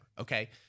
okay